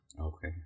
Okay